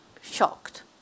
shocked